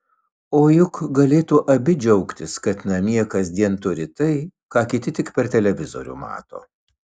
o juk galėtų abi džiaugtis kad namie kasdien turi tai ką kiti tik per televizorių mato